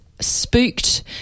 spooked